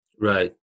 Right